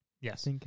Yes